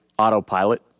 autopilot